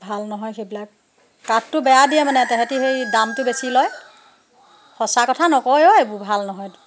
ভাল নহয় সেইবিলাক কাঠটো বেয়া দিয়ে মানে তাহাঁতি সেই দামটো বেছি লয় সঁচা কথা নকয় অ' এইবোৰ ভাল নহয়